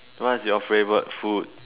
what is your favourite food